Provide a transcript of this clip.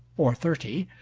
or thirty,